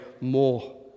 more